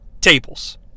tables